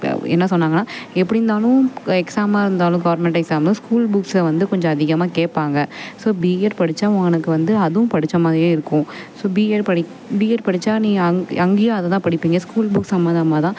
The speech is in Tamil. இப்போ என்ன சொன்னாங்கன்னால் எப்படி இருந்தாலும் எக்ஸாமாக இருந்தாலும் கவுர்மெண்ட் எக்ஸாமு ஸ்கூல் புக்ஸை வந்து கொஞ்சம் அதிகமாக கேட்பாங்க ஸோ பிஎட் படித்தா உனக்கு வந்து அதுவும் படித்த மாதிரியே இருக்கும் ஸோ பிஎட் படி பிஎட் படித்தா நீ அங் அங்கேயும் அதை தான் படிப்பீங்க ஸ்கூல் புக் சம்பந்தமா தான்